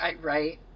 Right